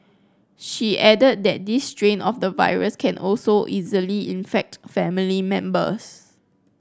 she added that this strain of the virus can also easily infect family members